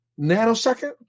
nanosecond